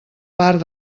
part